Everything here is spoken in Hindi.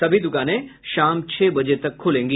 सभी दुकानें शाम छह बजे तक खुलेंगी